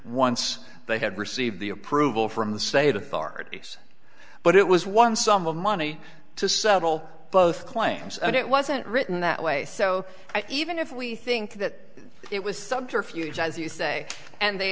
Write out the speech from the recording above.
once they had received the approval from the state authorities but it was one sum of money to settle both claims and it wasn't written that way so even if we think that it was subterfuge as you say and they